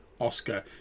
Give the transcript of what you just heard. Oscar